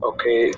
Okay